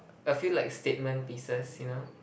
a few like statement pieces you know